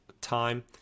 time